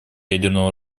ядерного